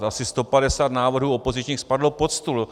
Asi 150 návrhů opozičních spadlo pod stůl.